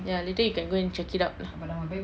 ya later you can go and check it out lah